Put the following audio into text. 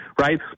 right